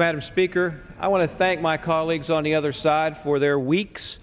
better speaker i want to thank my colleagues on the other side for their weeks